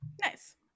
Nice